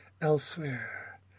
elsewhere